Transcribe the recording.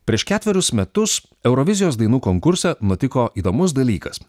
prieš ketverius metus eurovizijos dainų konkurse nutiko įdomus dalykas